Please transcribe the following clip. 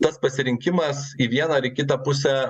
tas pasirinkimas į vieną ar į kitą pusę